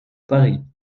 paris